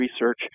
research